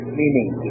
meaning